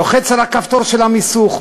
לוחץ על הכפתור של המיסוך.